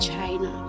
China